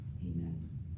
Amen